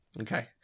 Okay